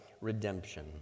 redemption